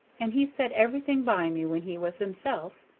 and he set everything by me when he was himself.